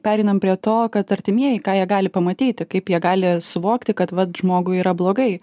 pereinam prie to kad artimieji ką jie gali pamatyti kaip jie gali suvokti kad vat žmogui yra blogai